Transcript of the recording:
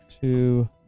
two